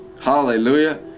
Hallelujah